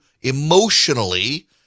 emotionally